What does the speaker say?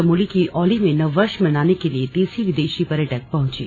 चमोली के औली में नव वर्ष मनाने के लिए देशी विदेशी पर्यटक पहंचे